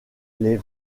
les